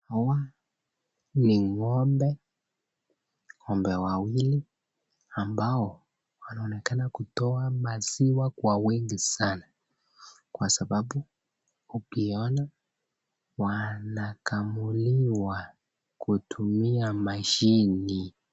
Hawa ni ng'ombe. Ng'ombe wawili ambao wanaonekana kutoa maziwa kwa wingi sana, kwa sababu ukiona wanakamuliwa kutumia machine,(cs).